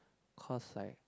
cause I